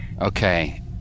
Okay